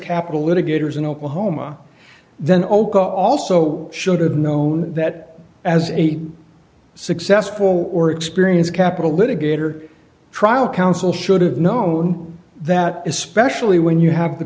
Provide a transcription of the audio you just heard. capital litigators in oklahoma then also should have known that as a successful or experienced capital litigator trial counsel should have known that especially when you have t